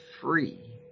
free